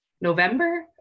November